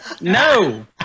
No